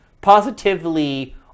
positively